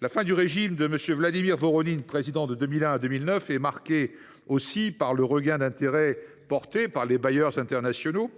La fin du régime de Vladimir Voronin, président de 2001 à 2009, est marquée par un regain d’intérêt des bailleurs internationaux.